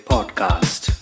Podcast